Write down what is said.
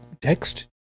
text